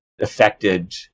affected